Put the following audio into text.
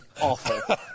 awful